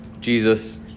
Jesus